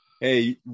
Hey